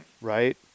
Right